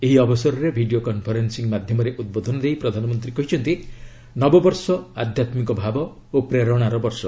ଏହି ଅବସରରେ video conferencing ମାଧ୍ୟମରେ ଉଦ୍ବୋଧନ ଦେଇ ପ୍ରଧାନମନ୍ତ୍ରୀ କହିଛନ୍ତି ନବବର୍ଷ ଆଧ୍ୟାତ୍ମିକ ଭାବ ଓ ପ୍ରେରଣାର ବର୍ଷ